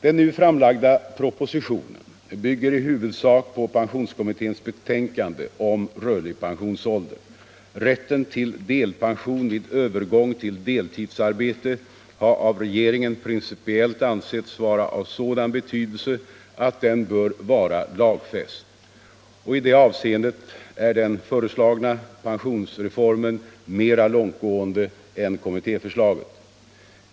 Den nu framlagda propositionen bygger i huvudsak på pensionskommitténs betänkande om rörlig pensionsålder. Rätten till delpension vid övergång till deltidsarbete har av regeringen principiellt ansetts vara av sådan betydelse att den bör vara lagfäst, och i det avseendet är den föreslagna pensionsreformen mera långtgående än kommittéförslaget.